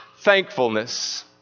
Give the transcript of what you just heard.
Thankfulness